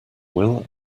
will